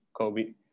COVID